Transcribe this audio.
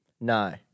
No